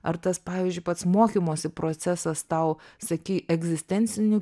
ar tas pavyzdžiui pats mokymosi procesas tau sakei egzistencinių